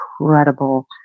incredible